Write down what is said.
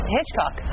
Hitchcock